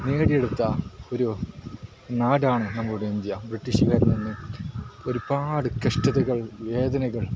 നേടിയെടുത്ത ഒരു നാടാണ് നമ്മുടെ ഇന്ത്യ ബ്രിട്ടീഷുകാരിൽ നിന്ന് ഒരുപാട് കഷ്ടതകൾ വേദനകൾ